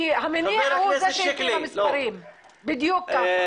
כי המניע הוא -- -בדיוק ככה.